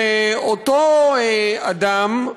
ואותו אדם,